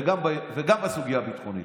וגם יש סוגיה ביטחונית?